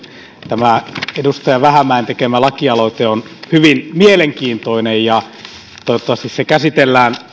tämä edustaja vähämäen tekemä lakialoite on hyvin mielenkiintoinen ja toivottavasti se käsitellään